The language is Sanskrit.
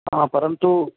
परन्तु